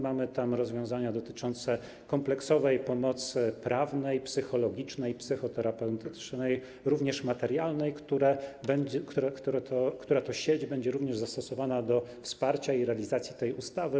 Mamy tam rozwiązania dotyczące kompleksowej pomocy prawnej, psychologicznej, psychoterapeutycznej, również materialnej, która to sieć będzie również zastosowana do wsparcia i realizacji tej ustawy.